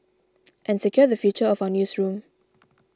and secure the future of our newsroom